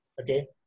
okay